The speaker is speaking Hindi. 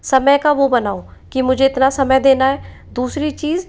समय का वो बनाओ कि मुझे इतना समय देना है दूसरी चीज़